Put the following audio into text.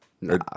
No